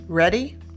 Ready